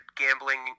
gambling